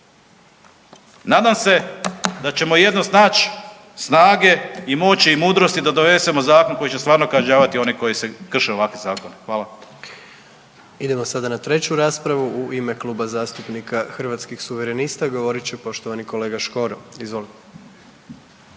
Nadam se da ćemo jednom snać snage i moći i mudrosti da donesemo zakon koji će stvarno kažnjavati one koji se krše ovakvih zakona. Hvala. **Jandroković, Gordan (HDZ)** Idemo sad na treću raspravu u ime Kluba zastupnika Hrvatskih suverenista govorit će poštovani kolega Škoro. Izvolite.